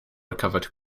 recover